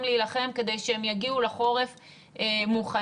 להילחם כדי שהם יגיעו לחורף מוכנים?